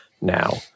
now